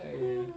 !aiya!